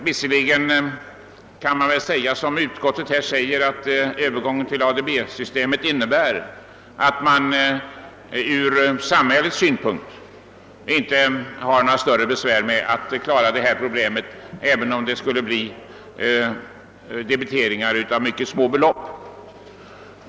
Visserligen kan det väl sägas som utskottet här säger, att övergången till ADB-system innebär att det inte är några större besvär från samhällets synpunkt att klara problmet, även om också mycket små belopp skulle debiteras.